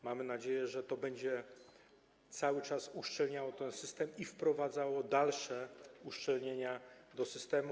Mamy nadzieję, że będzie to cały czas uszczelniało ten system i wprowadzało dalsze uszczelnienia do systemu.